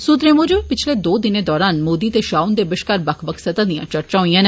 सूत्रें मुजब पिछले दो दिनें दौरान मोदी ते षाह हुंदे बष्कार बक्ख बक्ख सतह दियां चर्चा होइयां